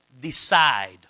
Decide